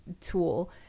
tool